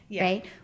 right